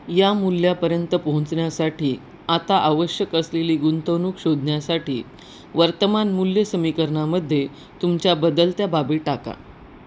या मूल्यापर्यंत पोहोचण्यासाठी आता आवश्यक असलेली गुंतवणूक शोधण्यासाठी वर्तमान मूल्य समीकरणामध्ये तुमच्या बदलत्या बाबी टाका